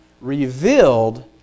revealed